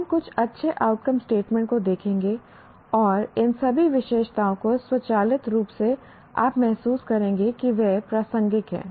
हम कुछ अच्छे आउटकम स्टेटमेंट को देखेंगे और इन सभी विशेषताओं को स्वचालित रूप से आप महसूस करेंगे कि वे प्रासंगिक हैं